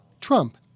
Trump